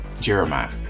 Jeremiah